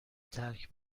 ترک